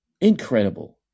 Incredible